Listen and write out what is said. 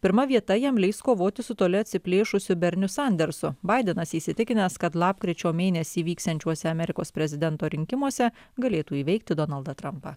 pirma vieta jam leis kovoti su toli atsiplėšusiu berniu sandersu baidenas įsitikinęs kad lapkričio mėnesį įvyksiančiuose amerikos prezidento rinkimuose galėtų įveikti donaldą trampą